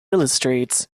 illustrates